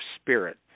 spirit